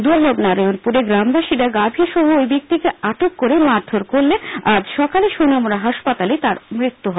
দুর্লভনারায়ণপুরে গ্রামবাসীরা গাভি সহ ওই ব্যক্তিকে আটক করে মারধর করলে আজ সকালে সোনামুড়া হাসপাতালে তার মৃত্যু হয়